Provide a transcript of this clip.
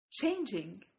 changing